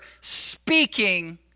speaking